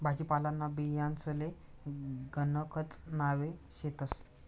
भाजीपालांना बियांसले गणकच नावे शेतस